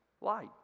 Light